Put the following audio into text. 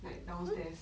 like downstairs